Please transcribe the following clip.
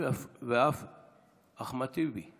ואף אחמד טיבי.